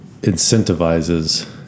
incentivizes